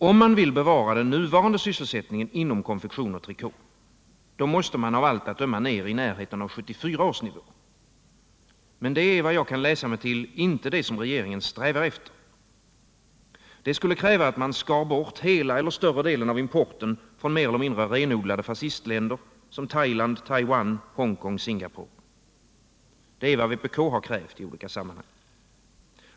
Om man vill bevara den nuvarande sysselsättningen inom konfektion och trikå måste man av allt att döma ner till i närheten av 1974 års nivå. Men efter vad jag kan läsa mig till är det inte detta regeringen strävar efter. Det skulle nämligen kräva att man skar bort hela eller större delen av importen från mer eller mindre renodlade fascistländer som Thailand, Taiwan, Hongkong och Singapore. Det är vad vpk har krävt i olika sammanhang.